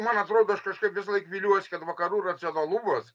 man atrodo aš kažkaip visąlaik viliuos kad vakarų racionalumas